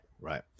right